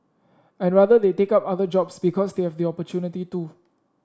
I rather they take up other jobs because they have the opportunity to